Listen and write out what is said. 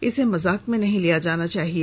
इसे मजाक में नहीं लिया जाना चाहिए